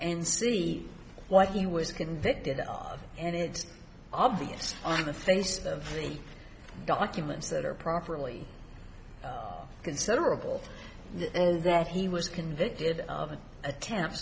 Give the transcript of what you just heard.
and see what he was convicted of and it's obvious on the face of the documents that are properly considerable and that he was convicted of an attempt